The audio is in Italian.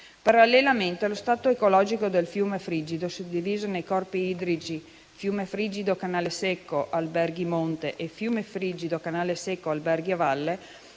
Parallelamente, allo stato ecologico del fiume Frigido, suddiviso nei corpi idrici fiume Frigido-canale Secco-Alberghi monte e fiume Frigido-canale Secco-Alberghi a valle,